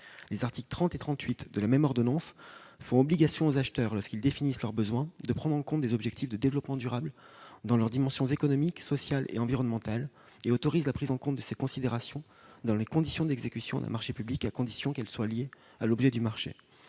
Les articles 30 et 38 de la même ordonnance font obligation aux acheteurs, lorsqu'ils définissent leurs besoins, de prendre en compte des objectifs de développement durable dans leurs dimensions économique, sociale et environnementale, et autorisent la prise en compte de ces considérations dans les conditions d'exécution d'un marché public, à condition qu'elles soient liées à l'objet du marché.